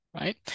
right